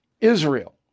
Israel